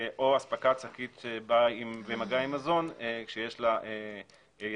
או אספקת שקית שבאה במגע עם מזון כשיש לה ידיות,